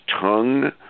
tongue